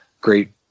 great